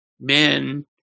men